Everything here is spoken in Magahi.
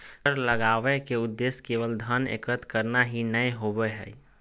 कर लगावय के उद्देश्य केवल धन एकत्र करना ही नय होबो हइ